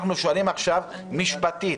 אנחנו שואלים עכשיו משפטית,